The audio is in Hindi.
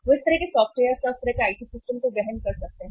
वे उस तरह के सॉफ्टवेयर्स या उस तरह के आईटी सिस्टम को वहन कर सकते हैं